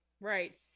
Right